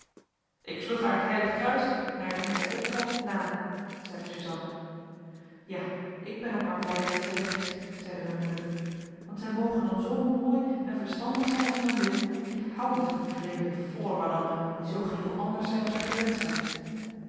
ik sloeg haar t heilig kruis naardien zij optrock na zeide suzanna ja ik ben ook maar blijde dat zij weg is zeide mijn moeder want zij moge dan zoo mooi en verstandig zijn als men wil ik hou niet van die vreemde floddermadammen die zoo geheel anders zijn als wij gewend zijn